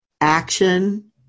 action